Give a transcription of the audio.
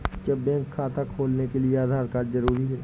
क्या बैंक खाता खोलने के लिए आधार कार्ड जरूरी है?